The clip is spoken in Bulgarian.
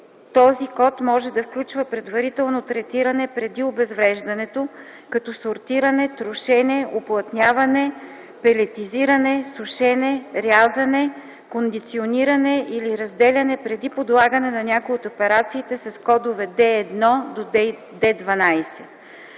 този код може да включва предварително третиране преди обезвреждането, като сортиране, трошене, уплътняване, пелетизиране, сушене, рязане, кондициониране, или разделяне преди подлагане на някоя от операциите с кодове D1 – D12.”